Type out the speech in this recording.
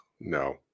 no